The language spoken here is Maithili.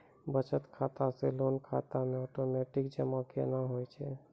बचत खाता से लोन खाता मे ओटोमेटिक जमा केना होय छै?